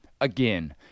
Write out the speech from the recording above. Again